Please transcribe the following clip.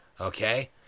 okay